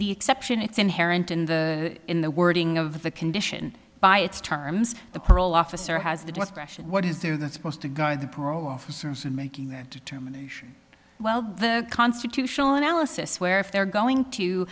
the exception it's inherent in the in the wording of the condition by its terms the parole officer has the discretion what is there that supposed to guide the parole officers in making that determination well the constitutional analysis where if they're going to